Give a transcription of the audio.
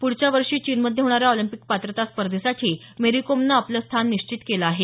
पुढच्या वर्षी चीनमध्ये होणाऱ्या ऑलिम्पिक पात्रता स्पर्धेसाठी मेरीकोमनं आपलं स्थान निश्चित केलं आहे